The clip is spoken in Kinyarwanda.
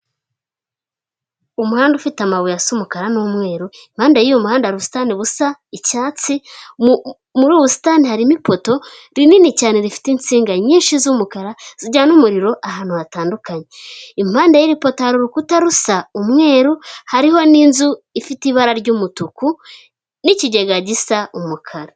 Umuhanda ufite amabuye asa umukara n'umweru impande y'umuhanda hari ubusitani busa icyatsi ,muri ubu busitani harimo ipoto rinini cyane rifite insinga nyinshi z'umukara zijyana umuriro ahantu hatandukanye, impande y'ipota hari urukuta rusa umweru hariho n'inzu ifite ibara ry'umutuku n'ikigega gisa umukara.